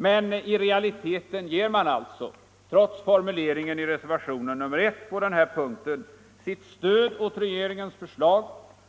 Men i realiteten ger man alltså trots formuleringen i reservationen 1 på denna punkt sitt stöd åt regeringens förslag,